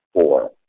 four